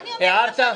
הערת?